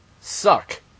suck